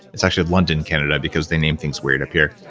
it's actually london, canada, because they name things weird up here.